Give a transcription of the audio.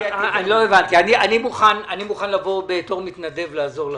- אני מוכן לבוא כמתנדב לעזור לכם.